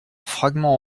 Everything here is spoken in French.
fragment